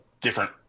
different